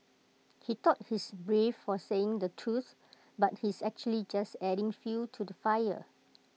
he thought he's brave for saying the truth but he's actually just adding fuel to the fire